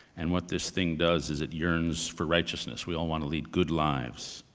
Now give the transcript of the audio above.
and what this thing does is it yearns for righteousness. we all want to lead good lives.